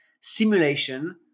simulation